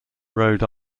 rhode